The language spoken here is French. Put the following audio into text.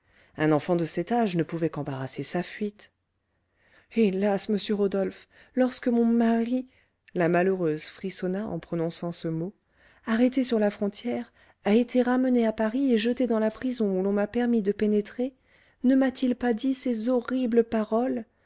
un enfant de cet âge ne pouvait qu'embarrasser sa fuite hélas monsieur rodolphe lorsque mon mari la malheureuse frissonna en prononçant ce mot arrêté sur la frontière a été ramené à paris et jeté dans la prison où l'on m'a permis de pénétrer ne m'a-t-il pas dit ces horribles paroles